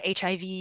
HIV